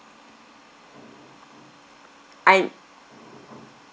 I'm